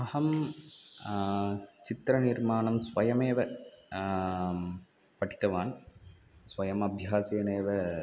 अहं चित्रनिर्माणं स्वयमेव पठितवान् स्वयमभ्यासेनैव